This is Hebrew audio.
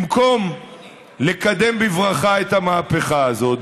במקום לקדם בברכה את המהפכה הזאת,